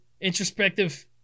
introspective